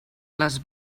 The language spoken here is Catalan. les